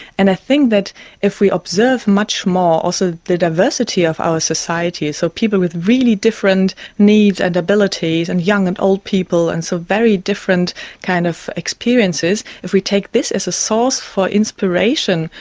and i think that if we observe much more also the diversity of our society so people with really different needs and abilities, and young and old people, and so very different kind of experiences if we take this as a source for inspiration,